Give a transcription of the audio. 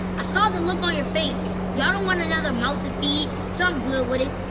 i saw the look on your face, ya'll don't want another mouth to feed, so i'm good with it.